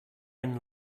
and